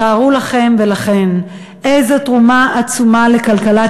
תארו לכם ולכן איזה תרומה עצומה לכלכלת